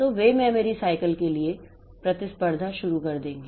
तो वे memory cycle के लिए प्रतिस्पर्धा करना शुरू कर देंगे